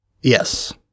Yes